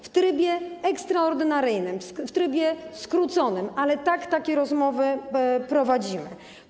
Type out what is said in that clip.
W trybie ekstraordynaryjnym, w trybie skróconym, ale tak, takie rozmowy prowadzimy.